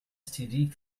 std